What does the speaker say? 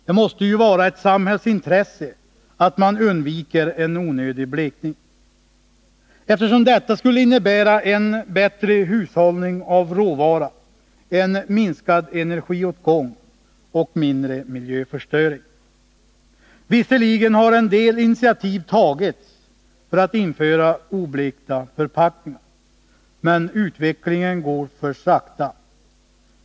Det måste ju vara ett samhällsintresse att man undviker en onödig blekning, eftersom detta skulle innebära en bättre hushållning av råvara, en minskad energiåtgång och mindre miljöförstöring. Visserligen har en del initiativ tagits för att införa oblekta förpackningar, men utvecklingen går för sakta.